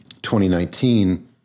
2019